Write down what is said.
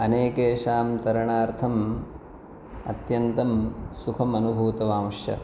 अनेकेषां तरणार्थम् अत्यन्तं सुखम् अनुभूतवामश्च